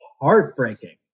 heartbreaking